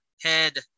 head